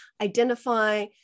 identify